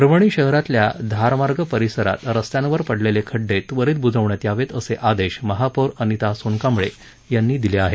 परभणी शहरातील धारमार्ग परिसरात रस्त्यांवर पडलेले खड्डे त्वरित ब्जवण्यात यावेत असे आदेश महापौर अनिता सोनकांबळे यांनी दिले आहेत